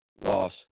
loss